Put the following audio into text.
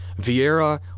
Vieira